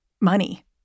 money